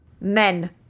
Men